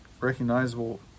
recognizable